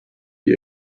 die